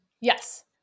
yes